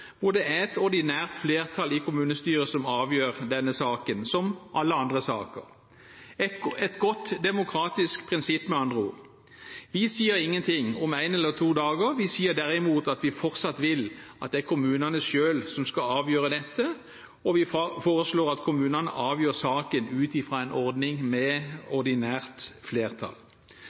hvor det er et ordinært flertall i kommunestyret som avgjør denne saken, som alle andre saker – et godt demokratisk prinsipp, med andre ord. Vi sier ingenting om én eller to dager. Vi sier derimot at vi fortsatt vil at det er kommunene selv som skal avgjøre dette, og vi foreslår at kommunene avgjør saken ut fra en ordning med ordinært flertall.